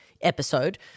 episode